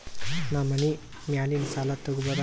ನಾ ಮನಿ ಮ್ಯಾಲಿನ ಸಾಲ ತಗೋಬಹುದಾ?